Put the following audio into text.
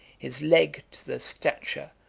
his leg to the stature,